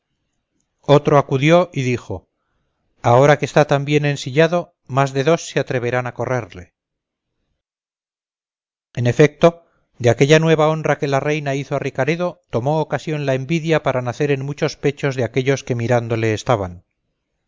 otro acudió y dijo ahora que está tan bien ensillado más de dos se atreverán a correrle en efecto de aquella nueva honra que la reina hizo a ricaredo tomó ocasión la envidia para nacer en muchos pechos de aquellos que mirándole estaban